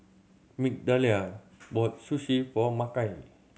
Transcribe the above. Migdalia bought Sushi for Makai